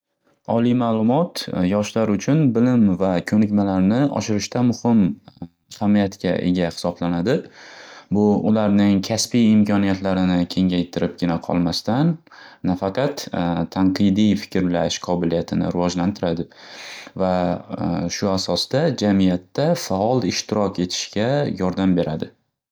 Oliy ma'lumot yoshlar uchun bilim va ko'nikmalarni oshirishda muhim ahamiyatga ega hisoblanadi. Bu ularning kasbiy imkoniyatlarini kengaytiribgina qolmasdan, nafaqat tanqidiy fikrlash qobiliyatini rivojlantiradi va shu asosda jamiyatda faol ishtirok etishga yordam beradi.